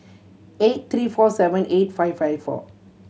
eight three four seven eight five five four